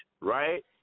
right